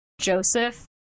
Joseph